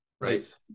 Right